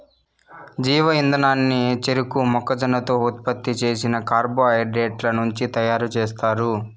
జీవ ఇంధనాన్ని చెరకు, మొక్కజొన్నతో ఉత్పత్తి చేసిన కార్బోహైడ్రేట్ల నుంచి తయారుచేస్తారు